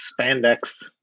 spandex